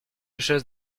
chose